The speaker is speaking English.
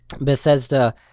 bethesda